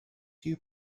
few